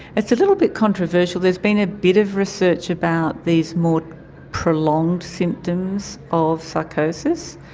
it's little bit controversial. there's been a bit of research about these more prolonged symptoms of psychosis.